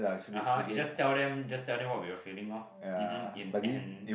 (uh huh) you just tell them just tell them what we are feeling lor um hm in and